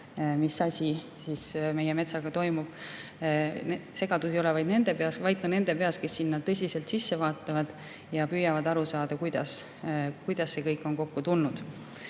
mis siis meie metsaga toimub. Segadus ei ole vaid nende peas, vaid ka nende peas, kes sinna [teemasse] tõsiselt sisse vaatavad ja püüavad aru saada, kuidas see kõik on kokku tulnud.